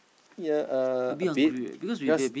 yea uh a bit because